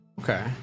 Okay